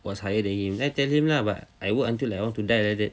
was higher than him then tell him lah but I work until I want to die like that